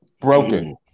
broken